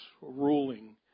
ruling